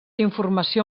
informació